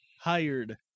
hired